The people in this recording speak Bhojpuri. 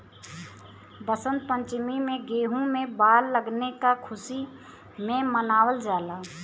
वसंत पंचमी में गेंहू में बाल लगले क खुशी में मनावल जाला